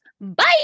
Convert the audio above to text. Bye